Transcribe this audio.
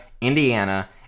Indiana